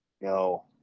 No